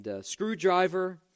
screwdriver